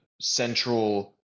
central